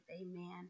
amen